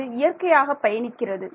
அது இயற்கையாக பயணிக்கிறது